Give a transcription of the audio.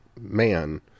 man